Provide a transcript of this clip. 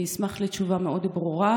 אני אשמח לתשובה מאוד ברורה,